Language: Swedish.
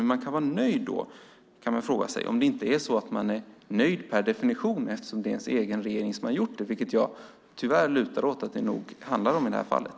Hur ni kan vara nöjda då kan man fråga sig, om det inte är så att ni är nöjda per definition eftersom det är er egen regering som har gjort detta, vilket jag tyvärr lutar åt att det nog handlar om i det här fallet.